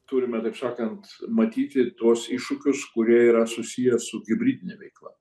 turime taip sakant matyti tuos iššūkius kurie yra susiję su hibridine veikla